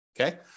Okay